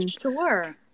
Sure